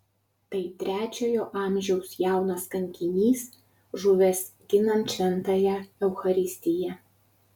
tai trečiojo amžiaus jaunas kankinys žuvęs ginant šventąją eucharistiją